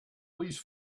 please